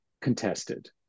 contested